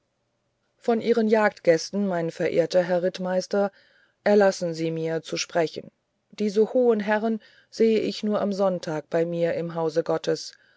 von ihren jagdgästen mein verehrter herr rittmeister erlassen sie mir zu sprechen diese hohen herren sehe ich nur am sonntag bei mir im hause gottes